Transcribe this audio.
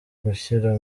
gushyira